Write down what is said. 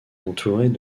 entourés